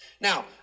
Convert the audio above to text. Now